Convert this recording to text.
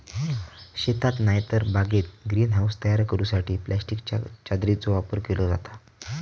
शेतात नायतर बागेत ग्रीन हाऊस तयार करूसाठी प्लास्टिकच्या चादरीचो वापर केलो जाता